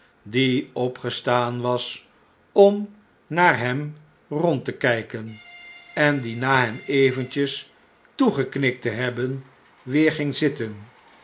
die opgestaan was om naar hem rond te kjjken en die na hem eventjes toegeknikt te hebben weer ging zitten